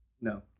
No